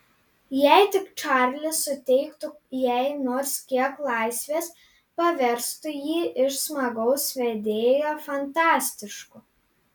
jei tik čarlis suteiktų jai nors kiek laisvės paverstų jį iš smagaus vedėjo fantastišku